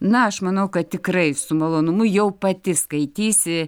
na aš manau kad tikrai su malonumu jau pati skaitysi